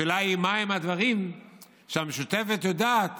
השאלה היא מהם הדברים שהמשותפת יודעת